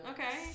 Okay